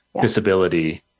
disability